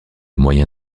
moyen